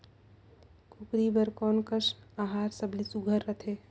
कूकरी बर कोन कस आहार सबले सुघ्घर रथे?